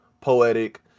poetic